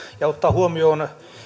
ja ottaen huomioon